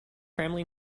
family